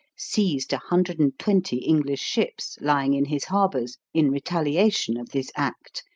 seized a hundred and twenty english ships lying in his harbors in retaliation of this act,